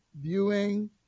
viewing